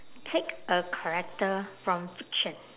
take a character from fiction